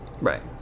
Right